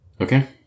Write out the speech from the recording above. Okay